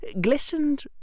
glistened